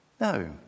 No